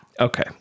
Okay